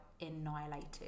annihilated